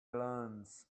lines